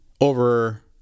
over